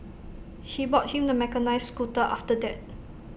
he bought him the mechanised scooter after that